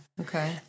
Okay